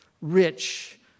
rich